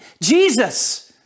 Jesus